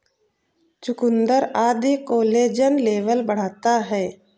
चुकुन्दर आदि collagen level बढ़ाता है